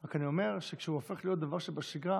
אני רק אומר שכשהוא הופך להיות דבר שבשגרה